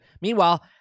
Meanwhile